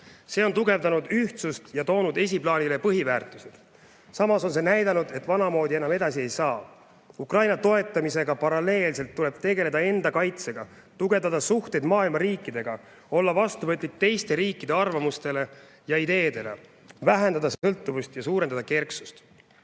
See on tugevdanud ühtsust ja toonud esiplaanile põhiväärtused. Samas on see näidanud, et vanamoodi enam edasi ei saa. Ukraina toetamisega paralleelselt tuleb tegeleda enda kaitsega, tugevdada suhteid maailma riikidega, olla vastuvõtlik teiste riikide arvamustele ja ideedele, vähendada sõltuvust ja suurendada kerksust.